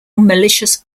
malicious